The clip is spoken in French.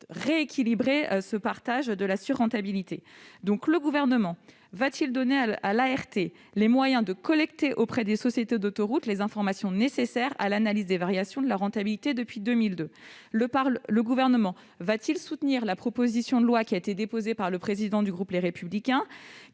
à rééquilibrer le partage de cette sur-rentabilité. Le Gouvernement va-t-il donner à l'ART les moyens de collecter auprès des sociétés d'autoroutes les informations nécessaires à l'analyse des variations de la rentabilité depuis 2002 ? Le Gouvernement va-t-il soutenir la proposition de loi déposée par le président du groupe Les Républicains,